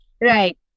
Right